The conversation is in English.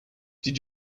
did